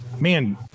Man